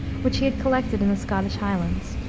which he had collected in the scottish highlands.